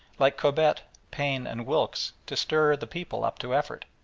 like cobbett, paine, and wilkes to stir the people up to effort,